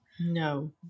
no